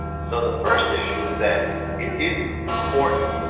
so the first issue is that it is important,